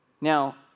Now